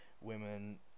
women